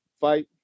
fight